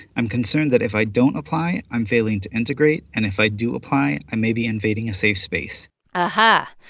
i'm concerned that if i don't apply, i'm failing to integrate, and if i do apply, i may be invading a safe space aha.